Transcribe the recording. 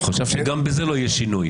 הוא חשב שגם בזה לא יהיה שינוי.